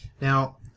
Now